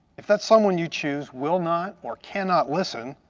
if that someone you choose will not or cannot listen,